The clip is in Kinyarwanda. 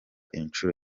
incuro